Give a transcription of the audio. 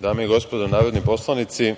Dame i gospodo narodni poslanici,